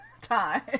Time